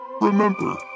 Remember